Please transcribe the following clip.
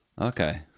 Okay